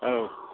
औ